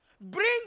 bring